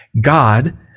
God